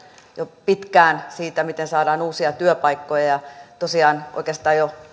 jo pitkään siitä miten saadaan uusia työpaikkoja tosiaan oikeastaan jo